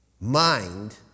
mind